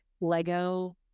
lego